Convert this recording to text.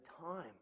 time